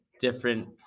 different